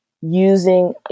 using